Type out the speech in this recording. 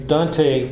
Dante